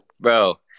Bro